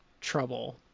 trouble